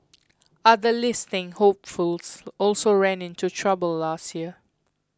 other listing hopefuls also ran into trouble last year